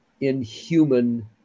inhuman